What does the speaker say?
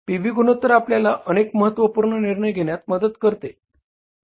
P V गुणोत्तर आपल्याला अनेक महत्त्वपूर्ण निर्णय घेण्यात मदत करते